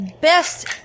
best